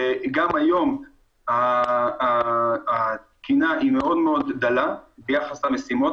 שגם היום התקינה היא מאוד דלה ביחס למשימות.